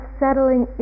settling